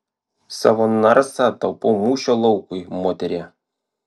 savo narsą taupau mūšio laukui moterie